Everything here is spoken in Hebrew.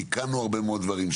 תיקנו הרבה מאוד דברים,